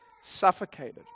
suffocated